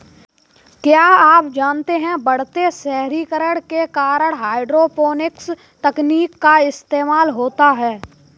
क्या आप जानते है बढ़ते शहरीकरण के कारण हाइड्रोपोनिक्स तकनीक का इस्तेमाल होता है?